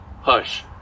hush